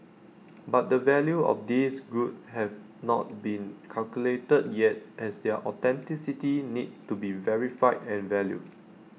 but the value of these goods have not been calculated yet as their authenticity need to be verified and valued